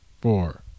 four